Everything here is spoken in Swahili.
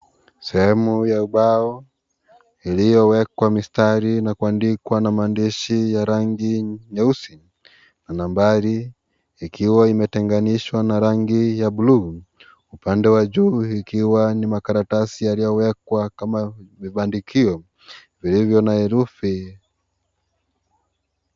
Sehemu ya ubao uliowekwa mistari na kuandikwa na maandishi ya rangi nyeusi na nambari ikiwa imetenganishwa na rangi ya blue upande wa juu ukiwa ni makaratasi yaliyowekwa kama vibandikio vilivyo na herufi.